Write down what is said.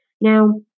Now